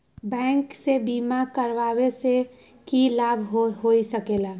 Bank से बिमा करावे से की लाभ होई सकेला?